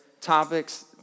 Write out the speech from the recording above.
topics